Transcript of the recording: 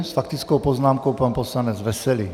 S faktickou poznámkou pan poslanec Veselý.